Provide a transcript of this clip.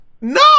No